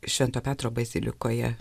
švento petro bazilikoje